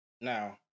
Now